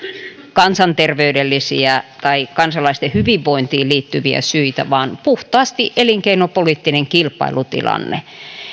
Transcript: kansanterveydellisiä tai kansalaisten hyvinvointiin liittyviä syitä vaan oli puhtaasti elinkeinopoliittinen kilpailutilanne